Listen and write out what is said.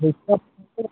दिक्कत हो तो